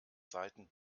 seiten